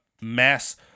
mass